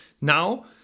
Now